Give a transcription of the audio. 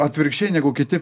atvirkščiai negu kiti